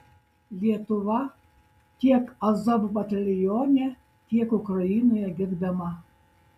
lietuva tiek azov batalione tiek ukrainoje gerbiama